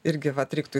irgi vat reiktų